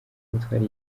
gutwara